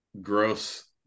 gross